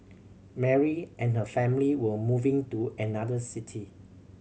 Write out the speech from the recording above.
Mary and her family were moving to another city